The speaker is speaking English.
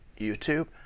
YouTube